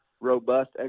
robust